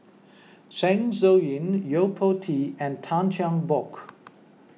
Zeng Shouyin Yo Po Tee and Tan Cheng Bock